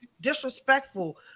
disrespectful